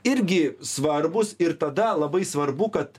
irgi svarbūs ir tada labai svarbu kad